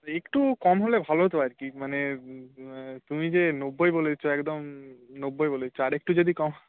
একটু কম হলে ভালো হত আর কি মানে তুমি যে নব্বই বলেছো একদম নব্বই বলেছো আর একটু যদি কম